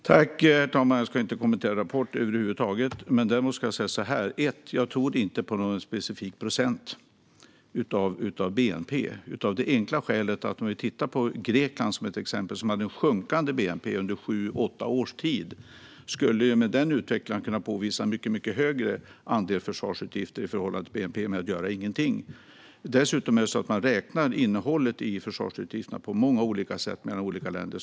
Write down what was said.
Herr talman! Jag ska inte kommentera Rapport över huvud taget. Däremot kan jag först och främst säga att jag inte tror på någon specifik procent av bnp. Det enkla skälet är att till exempel Grekland, som hade en sjunkande bnp under sju åtta års tid, med denna utveckling skulle kunna påvisa mycket högre andel försvarsutgifter i förhållande till bnp genom att inte göra någonting. Dessutom räknar man innehållet i försvarsutgifterna på många olika sätt i olika länder.